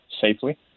safely